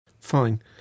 Fine